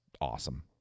awesome